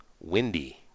windy